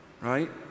Right